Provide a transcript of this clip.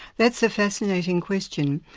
that's a fascinating question.